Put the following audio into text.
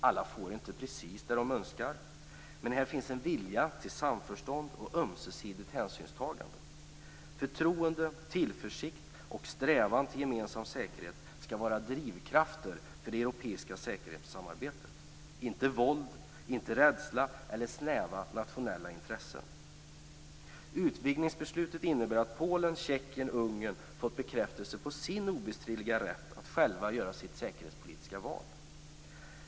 Alla får inte precis det de önskar, men här finns en vilja till samförstånd och ömsesidigt hänsynstagande. Förtroende, tillförsikt och strävan efter gemensam säkerhet skall vara drivkrafter för det europeiska säkerhetssamarbetet, inte våld, inte rädsla eller snäva nationella intressen. Utvidgningsbeslutet innebär att Polen, Tjeckien och Ungern har fått bekräftelse på sin obestridliga rätt att själva göra sitt säkerhetspolitiska val.